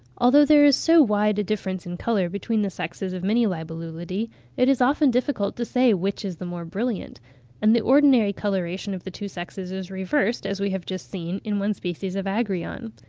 although there is so wide a difference in colour between the sexes of many libellulidae, it is often difficult to say which is the more brilliant and the ordinary coloration of the two sexes is reversed, as we have just seen, in one species of agrion.